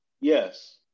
Yes